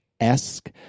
esque